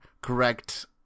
correct